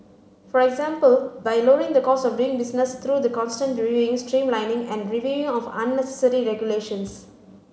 for example by lowering the cost of doing business through the constant reviewing streamlining and reviewing of unnecessary regulations